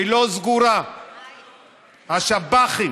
שלא סגורה, השב"חים,